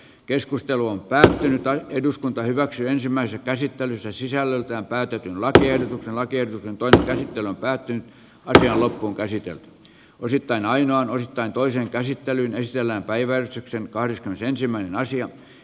keskustelu on päättynyt tai eduskunta hyväksyi ensimmäisen käsittelyssä sisällöltään pääty latujen lakien voidaan esitellä päätyy atria loppuunkäsitelty osittain aina on osittain toisen käsittelyn ja siellä päivää sitten kahdeskymmenesensimmäinen asia